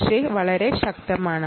പക്ഷേ ഇത് വളരെ ശക്തമാണ്